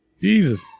Jesus